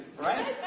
right